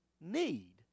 need